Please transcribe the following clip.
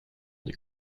des